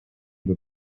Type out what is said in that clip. деп